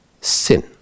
sin